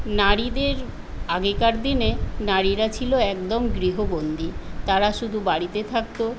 নারীদের আগেকার দিনে নারীরা ছিল একদম গৃহবন্দী তারা শুধু বাড়িতে থাকতো